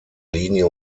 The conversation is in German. linie